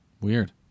Weird